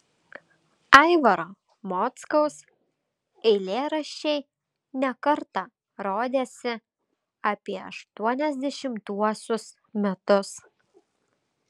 aivaro mockaus eilėraščiai ne kartą rodėsi apie aštuoniasdešimtuosius metus